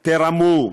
תרמו,